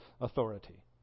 authority